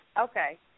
Okay